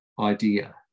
idea